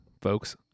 folks